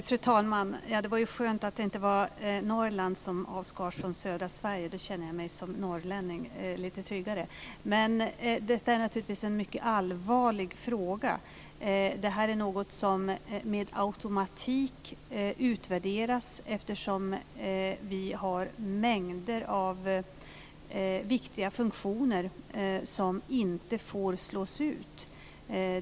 Fru talman! Det var ju skönt att det inte var Norrland som avskars från södra Sverige. Då känner jag mig som norrlänning lite tryggare. Detta är naturligtvis en mycket allvarlig fråga. Det är något som med automatik utvärderas, eftersom vi har mängder av viktiga funktioner som inte får slås ut.